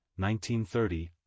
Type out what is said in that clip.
1930